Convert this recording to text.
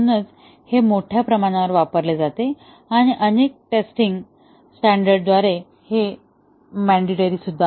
आणि म्हणूनच हे मोठ्या प्रमाणावर वापरले जाते आणि अनेक टेस्टिंग स्टॅंडर्ड द्वारे मँडेटरी आहे